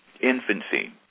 infancy